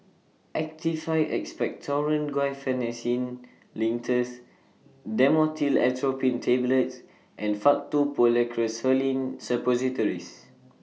Actified Expectorant Guaiphenesin Linctus Dhamotil Atropine Tablets and Faktu Policresulen Suppositories